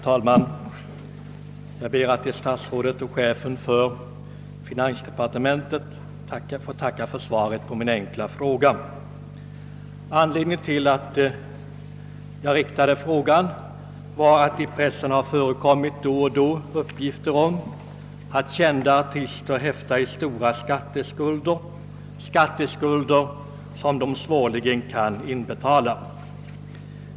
Herr talman! Jag ber att få tacka statsrådet och chefen för finansdepartementet för svaret på min enkla fråga. Anledningen till att jag framställde frågan var att det då och då har förekommit uppgifter i pressen om att kända artister häftar i skuld för skatter med belopp som de svårligen kan inbetala.